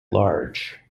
large